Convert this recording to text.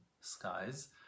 skies